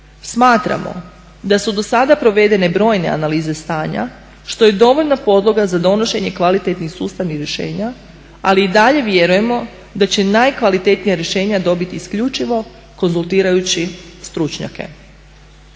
Smatramo da su dosada provedene brojne analize stanja što je dovoljna podloga za donošenje kvalitetnih sustavnih rješenja ali i dalje vjerujemo da će najkvalitetnija rješenja dobiti isključivao konzultirajući stručnjake.